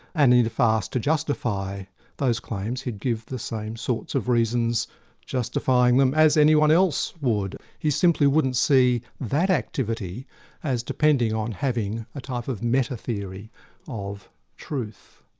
and if asked to justify those claims he'd give the same sorts of reasons justifying them as anyone else would. he simply wouldn't see that activity as depending on having a type of metatheory of truth.